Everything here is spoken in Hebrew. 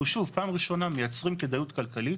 אנחנו, שוב, פעם ראשונה מייצרים כדאיות כלכלית